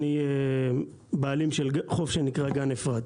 אני בעלים של חוף שנקרא גן אפרת.